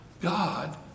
god